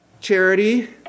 Charity